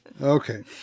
Okay